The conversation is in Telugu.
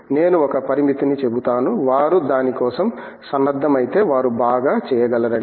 నేను ఒక పరిమితిని చెబుతాను వారు దాని కోసం సన్నద్ధమైతే వారు బాగా చేయగలరని